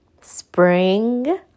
spring